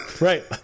Right